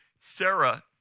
Sarah